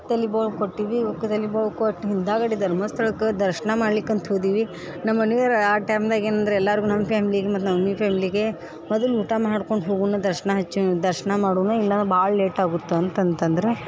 ತಲೆ ಬೋಳು ಕೊಟ್ಟಿವಿ ಕ್ ತಲೆ ಬೋಳು ಕೊಟ್ಟು ಹಿಂದಗಡೆ ಧರ್ಮಸ್ಥಳಕ್ಕೆ ದರ್ಶನ ಮಾಡ್ಲಿಕ್ಕೆ ಅಂತ ಹೋದಿವಿ ನಮ್ಮ ಮನಿಯವ್ರ್ ಆ ಟೈಮ್ನಾಗ ಏನಂದ್ರು ಎಲ್ಲರಿಗೂ ನಮ್ಮ ಫ್ಯಾಮ್ಲಿಗೆ ಮತ್ತು ನಮ್ಮ ಮಮ್ಮಿ ಫ್ಯಾಮ್ಲಿಗೆ ಮೊದಲು ಊಟ ಮಾಡ್ಕೊಂಡು ಹೋಗೋಣ ದರ್ಶನ ಹಚ್ ದರ್ಶನ ಮಾಡೋಣ ಇಲ್ಲಂದ್ರೆ ಭಾಳ ಲೇಟ್ ಆಗುತ್ತೆ ಅಂತ ಅಂತಂದ್ರು